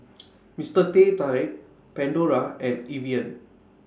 Mister Teh Tarik Pandora and Evian